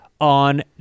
on